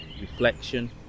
reflection